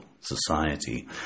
society